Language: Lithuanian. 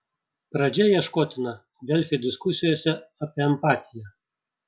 pradžia ieškotina delfi diskusijose apie empatiją